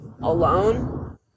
alone